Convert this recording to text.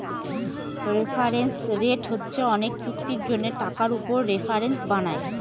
reference rate হচ্ছে অনেক চুক্তির জন্য টাকার উপর রেফারেন্স বানায়